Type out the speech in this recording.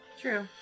True